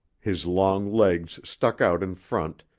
his long legs stuck out in front,